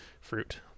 fruit